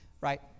right